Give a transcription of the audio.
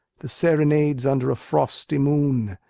the serenades under a frosty moon,